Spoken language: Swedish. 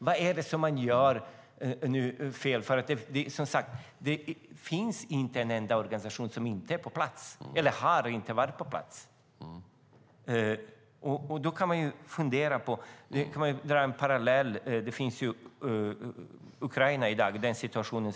Vad är det som man gör fel nu? Det finns ju, som sagt, inte en enda organisation som inte är på plats eller inte har varit på plats. Här kan man dra en parallell till andra länder i Östeuropa.